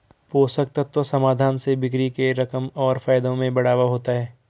पोषक तत्व समाधान से बिक्री के रकम और फायदों में बढ़ावा होता है